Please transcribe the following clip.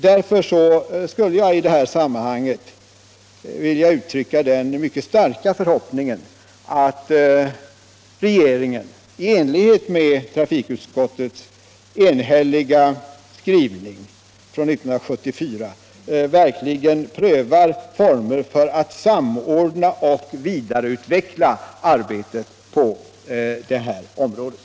Därför skulle jag i det här sammanhanget vilja uttrycka den mycket starka förhoppningen att regeringen i enlighet med trafikutskottets enhälliga skrivning från 1974 verkligen prövar former för att samordna och vidareutveckla arbetet på det här området.